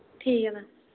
ठीक ऐ मैम